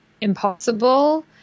Impossible